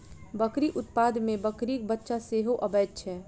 बकरी उत्पाद मे बकरीक बच्चा सेहो अबैत छै